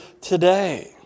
today